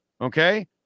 okay